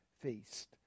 feast